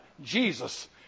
Jesus